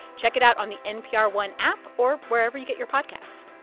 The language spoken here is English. check it out on the npr one app or wherever you get your podcasts.